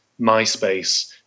MySpace